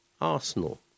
Arsenal